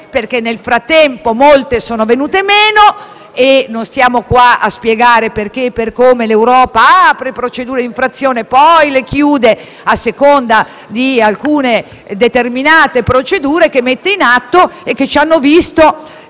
perché nel frattempo molte sono venute meno. Non stiamo qua a spiegare perché e per come l'Europa apra procedure d'infrazione e poi le chiuda, a seconda di alcuni determinati procedimenti che mette in atto e che evidentemente